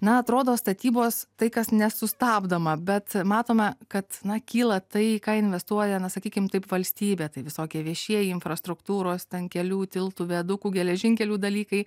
neatrodo statybos tai kas nesustabdoma bet matome kad na kyla tai ką investuoja na sakykim taip valstybė tai visokie viešieji infrastruktūros ten kelių tiltų viadukų geležinkelių dalykai